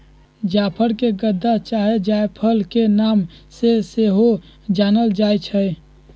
जाफर के गदा चाहे जायफल के नाम से सेहो जानल जाइ छइ